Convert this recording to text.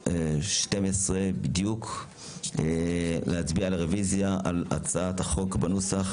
מי בעד הרוויזיה על הסתייגות מספר 62?